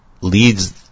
leads